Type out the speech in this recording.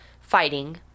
fighting